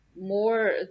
more